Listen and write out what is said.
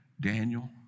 Daniel